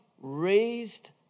raised